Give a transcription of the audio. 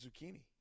Zucchini